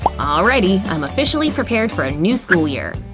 alrighty, i'm officially prepared for a new school year!